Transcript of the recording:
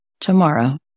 tomorrow